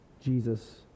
Jesus